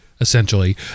essentially